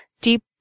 deep